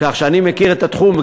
כך שאני מכיר את התחום.